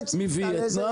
אם